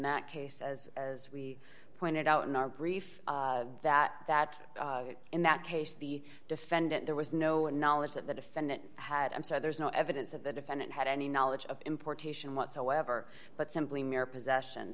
that case as as we pointed out in our brief that that in that case the defendant there was no knowledge that the defendant had said there's no evidence of the defendant had any knowledge of importation whatsoever but simply mere possession